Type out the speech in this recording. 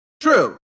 True